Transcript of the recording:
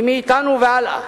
היא מאתנו והלאה,